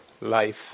life